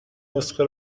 نسخه